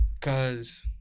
Cause